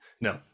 No